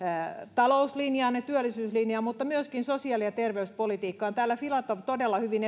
talouslinjaan ja työllisyyslinjaan vaan myöskin sosiaali ja terveyspolitiikkaan täällä edustaja filatov todella hyvin